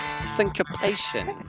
Syncopation